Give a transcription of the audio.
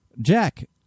Jack